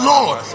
Lord